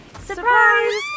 Surprise